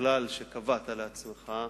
מהכלל שקבעת לעצמך,